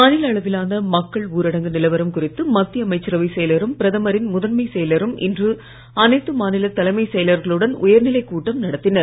மாநில அளவிலான மக்கள் ஊரடங்கு நிலவரம் குறித்து மத்திய அமைச்சரவைச் செயலரும் பிரதமரின் முதன்மைச் செயலரும் இன்று அனைத்து மாநில தலைமைச் செயலர்களுடன் உயர்நிலை கூட்டம் நடத்தினர்